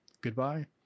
goodbye